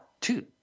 two